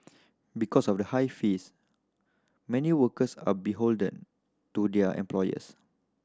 because of the high fees many workers are beholden to their employers